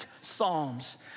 psalms